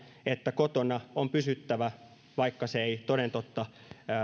että kotona on pysyttävä vaikka se ei toden totta